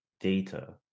data